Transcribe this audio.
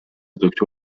دکتر